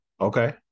Okay